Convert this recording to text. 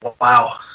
wow